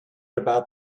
about